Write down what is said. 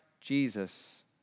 Jesus